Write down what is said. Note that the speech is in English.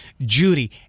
Judy